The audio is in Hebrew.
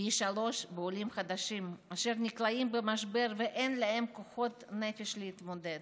פי שלושה בעולים חדשים אשר נקלעים למשבר ואין להם כוחות נפש להתמודד.